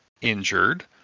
injured